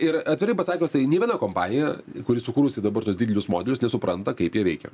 ir atvirai pasakius tai nė viena kompanija kuri sukūrusi dabar tuos didelius modelius nesupranta kaip jie veikia